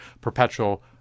perpetual